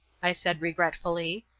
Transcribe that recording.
i said, regretfully.